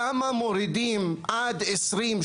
כמה מורידים עד 20%,